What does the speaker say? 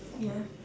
ya